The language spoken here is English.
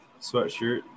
sweatshirt